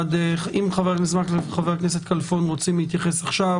האם חברי הכנסת מקלב וכלפון רוצים להתייחס עכשיו,